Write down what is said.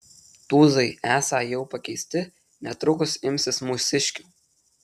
tūzai esą jau pakeisti netrukus imsis mūsiškių